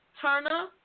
Turner